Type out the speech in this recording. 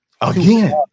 Again